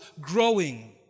growing